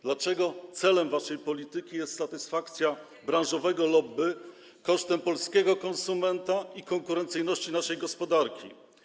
Dlaczego celem waszej polityki jest usatysfakcjonowanie branżowego lobby kosztem polskiego konsumenta i konkurencyjności naszej gospodarki?